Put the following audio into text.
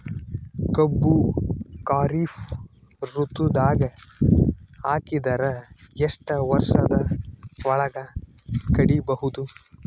ಕಬ್ಬು ಖರೀಫ್ ಋತುದಾಗ ಹಾಕಿದರ ಎಷ್ಟ ವರ್ಷದ ಒಳಗ ಕಡಿಬಹುದು?